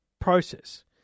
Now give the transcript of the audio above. process